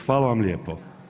Hvala vam lijepo.